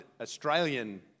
Australian